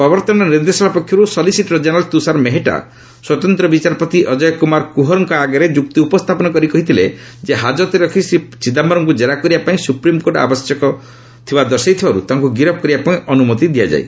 ପ୍ରବର୍ତ୍ତନ ନିର୍ଦ୍ଦେଶାଳୟ ପକ୍ଷରୁ ସଲିସିଟର ଜେନେରାଲ୍ ତୁଷାର ମେହେଟ୍ଟା ସ୍ୱତନ୍ତ ବିଚାରପତି ଅଜୟ କୁମାର କୁହରଙ୍କ ଆଗରେ ଯୁକ୍ତି ଉପସ୍ଥାପନ କରି କହିଛନ୍ତି ଯେ ହାଜତରେ ରଖି ଶ୍ରୀ ଚିଦାୟରମ୍ଙ୍କୁ ଜେରା କରିବା ପାଇଁ ସୁପ୍ରିମ୍କୋର୍ଟ ଆବଶ୍ୟକ ଥିବା ଦର୍ଶାଇଥିବାରୁ ତାଙ୍କୁ ଗିରଫ୍ କରିବା ପାଇଁ ଅନୁମତି ଦିଆଯାଉ